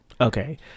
Okay